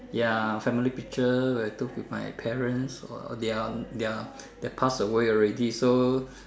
ya family picture where I took with my parents or they are they are they pass away already so